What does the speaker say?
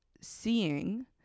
seeing